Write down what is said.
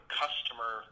customer